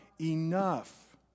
enough